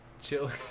Chill